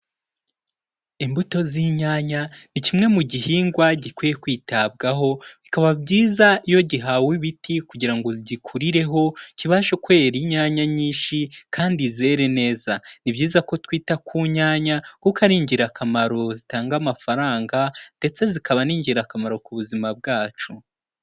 Imbuto z'inyanya ni kimwe mu gihingwa gikwiye kwitabwaho bikaba byiza iyo gihawe ibiti kugira ngo gikurireho kibashe kwera inyanya nyinshi kandi zere neza, ni byiza ko twita ku nyanya kuko ari ingirakamaro zitanga amafaranga ndetse zikaba n'ingirakamaro ku buzima bwacu.